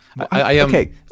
Okay